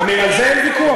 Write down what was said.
על זה אין ויכוח,